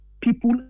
people